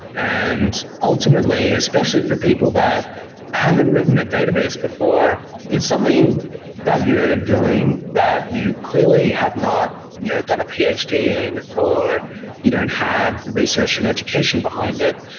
and ultimately, especially for people that haven't written a database before, it's something that you're doing that you clearly have not you know done a ph d. in or you don't have research and education behind it.